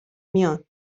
میان